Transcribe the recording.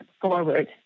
forward